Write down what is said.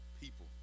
people